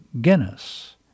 Guinness